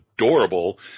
adorable